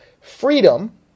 freedom